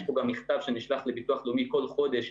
יש פה גם מכתב שנשלח לביטוח לאומי כל חודש,